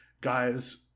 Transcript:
guys